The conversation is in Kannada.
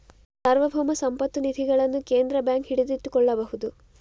ಸಾರ್ವಭೌಮ ಸಂಪತ್ತು ನಿಧಿಗಳನ್ನು ಕೇಂದ್ರ ಬ್ಯಾಂಕ್ ಹಿಡಿದಿಟ್ಟುಕೊಳ್ಳಬಹುದು